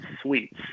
sweets